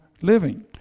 living